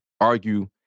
argue